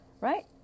Right